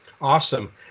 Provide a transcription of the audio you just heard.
Awesome